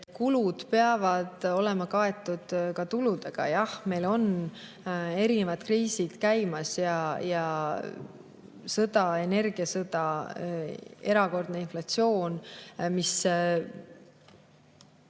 kulud peavad olema kaetud tuludega. Jah, meil on erinevad kriisid käimas. On sõda, ka energiasõda, erakordne inflatsioon.